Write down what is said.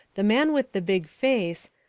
the man with the big face,